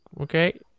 okay